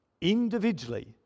Individually